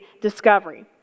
discovery